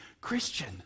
Christian